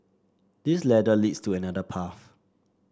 this ladder leads to another path